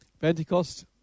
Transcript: Pentecost